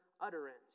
utterance